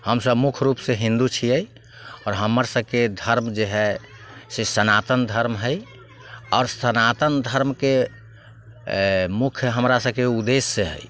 हमसब मुख्य रूपसँ हिन्दू छिए आओर हमर सबके धर्म जे हइ से सनातन धर्म हइ आओर सनातन धर्मके मुख्य हमरा सबके उद्देश्य हइ